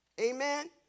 Amen